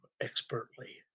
expertly